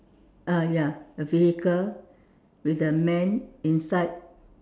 uh ya the vehicle with a man inside